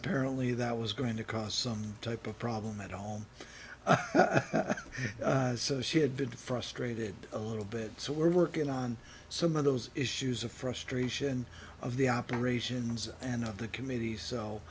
apparently that was going to cause some type of problem at home so she had been frustrated a little bit so we're working on some of those issues of frustration of the operations and of the comm